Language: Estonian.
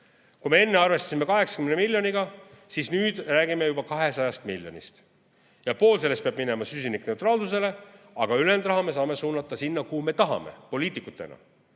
Kui me enne arvestasime 80 miljoniga, siis nüüd räägime juba 200 miljonist. Pool sellest peab minema süsinikuneutraalsusele, aga ülejäänud raha me saame suunata sinna, kuhu me poliitikutena